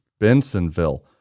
Bensonville